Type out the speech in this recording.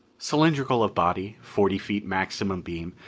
cylindrical of body, forty feet maximum beam,